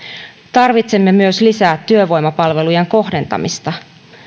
tarvitsemme myös lisää työvoimapalvelujen kohdentamista